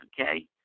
okay